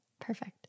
Perfect